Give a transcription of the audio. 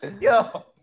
Yo